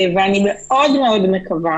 ואני מאוד מאוד מקווה